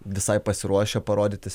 visai pasiruošę parodyti